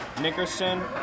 Nickerson